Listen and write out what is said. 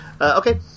Okay